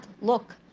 look